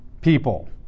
people